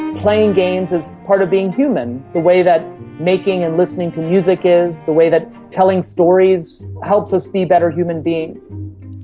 playing games is part of being human, the way that making and listening to music is, the way that telling stories helps us be better human beings.